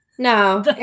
No